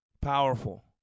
Powerful